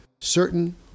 certain